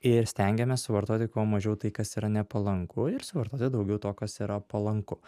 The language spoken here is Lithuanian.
ir stengiamės suvartoti kuo mažiau tai kas yra nepalanku ir suvartoti daugiau to kas yra palanku